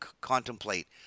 contemplate